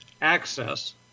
access